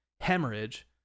hemorrhage